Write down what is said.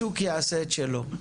השוק יעשה את שלו.